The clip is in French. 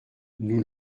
nous